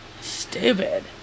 Stupid